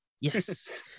Yes